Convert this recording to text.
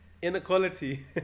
Inequality